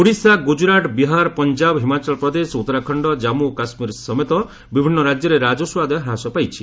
ଓଡ଼ିଶା ଗୁଜୁରାଟ ବିହାର ପଞ୍ଜାବ ହିମାଚଳପ୍ରଦେଶ ଉତ୍ତରାଖଣ୍ଡ କାନ୍ମୁ ଓ କାଶ୍କୀର ସମେତ ବିଭିନ୍ନ ରାଜ୍ୟରେ ରାଜସ୍ୱ ଆଦାୟ ହ୍ରାସ ପାଇଛି